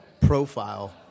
profile